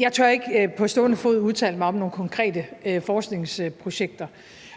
Jeg tør ikke på stående fod udtale mig om nogen konkrete forskningsprojekter,